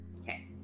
Okay